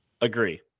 Agree